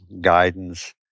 guidance